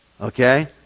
Okay